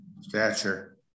Stature